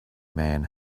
man